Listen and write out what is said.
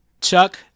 Chuck